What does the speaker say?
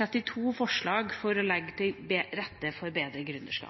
32 forslag for å legge til rette for bedre